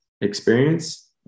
experience